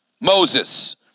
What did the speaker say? Moses